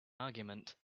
argument